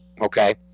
okay